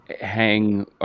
hang